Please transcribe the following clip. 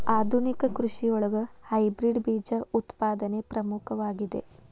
ಆಧುನಿಕ ಕೃಷಿಯೊಳಗ ಹೈಬ್ರಿಡ್ ಬೇಜ ಉತ್ಪಾದನೆ ಪ್ರಮುಖವಾಗಿದೆ